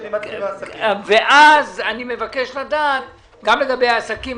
אני מבקש לדעת גם לגבי העסקים,